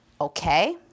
Okay